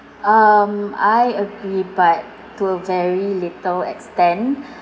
um I agree but to a very little extent